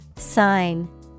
Sign